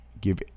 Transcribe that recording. give